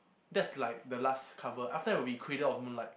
that's like the last cover after that will be cradle of moonlight